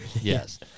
Yes